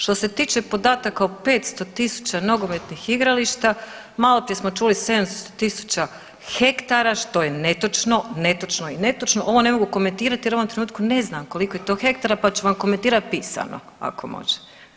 Što se tiče podataka o 500.000 nogometnih igrališta malo prije smo čuli 700.000 hektara što je netočno, netočno i netočno, ovo ne mogu komentirati jer u ovom trenutku ne znam koliko je to hektara pa ću vam komentirati pisano ako može.